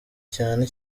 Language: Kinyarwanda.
cyane